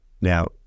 Now